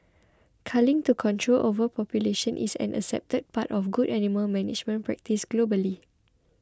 culling to control overpopulation is an accepted part of good animal management practice globally